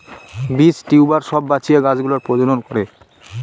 বীজ, টিউবার সব বাঁচিয়ে গাছ গুলোর প্রজনন করে